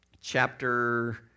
chapter